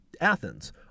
Athens